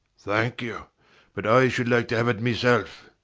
thank you but i should like to have it myself.